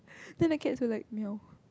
then the cat was like meow